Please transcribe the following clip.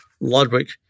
Ludwig